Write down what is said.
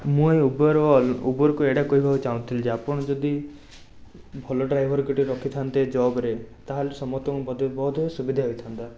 ମୁଁ ଏଇ ଉବେର ଉବେରକୁ ଏଇଟା କହିବାକୁ ଚାଁହୁଥିଲି ଯେ ଆପଣ ଯଦି ଭଲ ଡ୍ରାଇଭର୍ ଗୋଟେ ରଖିଥାନ୍ତେ ଜବ୍ରେ ତାହେଲେ ସମସ୍ତଙ୍କୁ ବୋଧେ ବହୁତ ସୁବିଧା ହେଇଥାନ୍ତା